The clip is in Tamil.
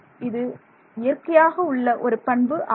இது இயற்கையாக உள்ள ஒரு பண்பு ஆகும்